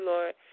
Lord